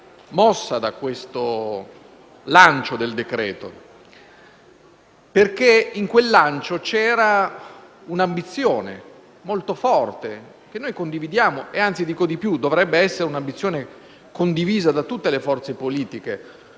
mossa dal lancio del decreto-legge, perché in quel lancio c'era un'ambizione molto forte, che noi condividiamo. Anzi, dico di più: dovrebbe essere un'ambizione condivisa da tutte le forze politiche